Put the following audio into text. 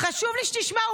חשוב לי שתשמע.